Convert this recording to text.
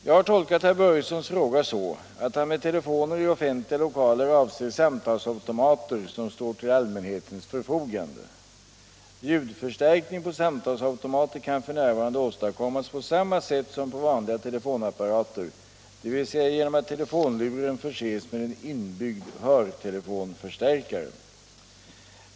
Jag har tolkat herr Börjessons fråga så att han med telefoner i offentliga lokaler avser samtalsautomater som står till allmänhetens förfogande. Ljudförstärkning på samtalsautomater kan f. n. åstadkommas på samma sätt som på vanliga telefonapparater, dvs. genom att telefonluren förses med en inbyggd hörtelefonförstärkare.